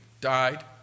died